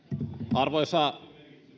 arvoisa